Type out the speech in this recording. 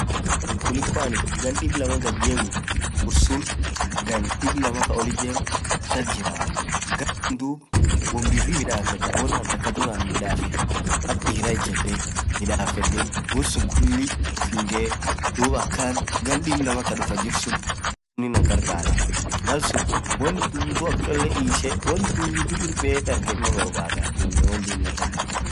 anin kuliko anin gaan diblama gad jebii ursuun gan diblamaa kaa duff kas jiraa gaan kuun duub woan birii midafedaa akk diraa ijedee midafedee woansun kulii gaan diblamaa kaa dufaa jirsuun ankarkaraa, maal suun woan dudu akcholee ishee mii dargenoo boarbada.